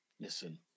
listen